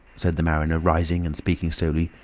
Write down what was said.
said the mariner, rising and speaking slowly,